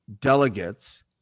delegates